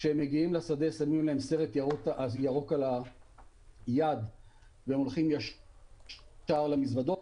כשהם מגיעים לשדה שמים להם סרט ירוק על היד והם הולכים ישר למזוודות,